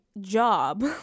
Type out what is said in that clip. job